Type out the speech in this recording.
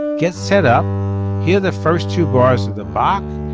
get set up here. the first two bars of the band.